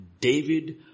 David